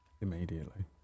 immediately